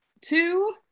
Two